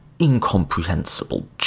incomprehensible